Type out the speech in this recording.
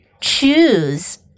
choose